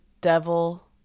devil